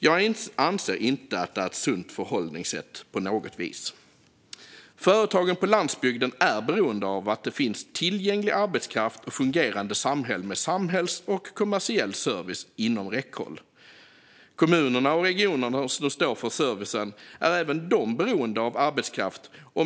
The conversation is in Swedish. Jag anser inte att det på något vis är ett sunt förhållningssätt. Företagen på landsbygden är beroende av att det finns tillgänglig arbetskraft och fungerande samhällen med samhällsservice och kommersiell service inom räckhåll. Kommunerna och regionerna som står för servicen är även de beroende av arbetskraft.